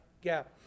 gap